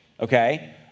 Okay